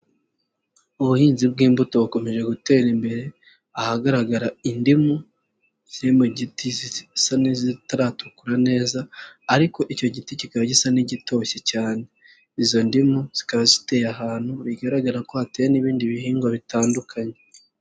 Ubuhinzi bw'imbuto bukomeje gutera imbere ahagaragara indimu ziri mu giti zisa nk'izitaratukura neza ariko icyo giti kikaba gisa n'igitoshye cyane, izo ndimu zikaba ziteye ahantu bigaragara ko hateye n'ibindi bihingwa bitandukanye.